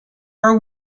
are